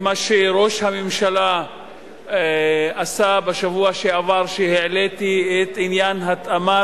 מה שראש הממשלה עשה בשבוע שעבר כשהעליתי את עניין התאמת